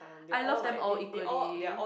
I love them all equally